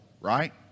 right